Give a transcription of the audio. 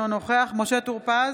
אינו נוכח משה טור פז,